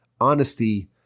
honesty